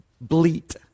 bleat